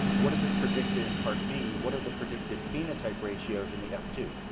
what is the predicted in part b, what are the predicted phenotype ratios in the f two?